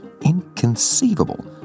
Inconceivable